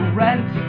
rent